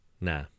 nah